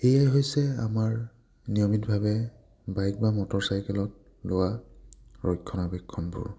সেয়াই হৈছে আমাৰ নিয়মিতভাৱে বাইক বা মটৰচাইকেলত লোৱা ৰক্ষণাবেক্ষণবোৰ